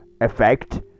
effect